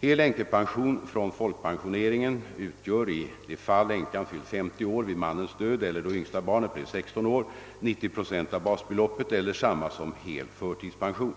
Hel änkepension från folkpensioneringen utgör — i de fall änkan fyllt 50 år vid mannens död eller då yngsta barnet blev 16 år — 90 procent av basbeloppet eller samma som hel förtidspension.